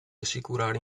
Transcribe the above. assicurare